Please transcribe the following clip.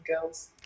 girls